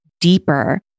deeper